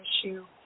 issue